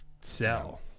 sell